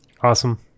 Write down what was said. Awesome